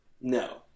no